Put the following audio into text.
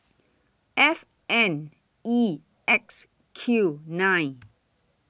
F N E X Q nine